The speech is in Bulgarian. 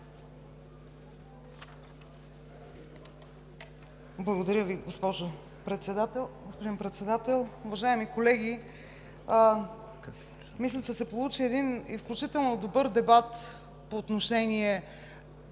Благодаря Ви, господин Председател. Уважаеми колеги, мисля, че се получи един изключително добър дебат по отношение